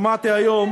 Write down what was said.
שמעתי היום,